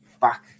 back